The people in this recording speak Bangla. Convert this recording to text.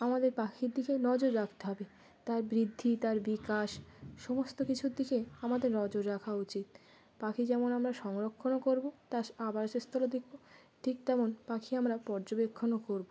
আমাদের পাখির দিকে নজর রাখতে হবে তার বৃদ্ধি তার বিকাশ সমস্ত কিছুর দিকে আমাদের নজর রাখা উচিত পাখি যেমন আমরা সংরক্ষণও করবো তার আবাসস্থরও দেখব ঠিক তেমন পাখি আমরা পর্যবেক্ষণও করবো